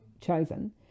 chosen